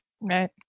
Right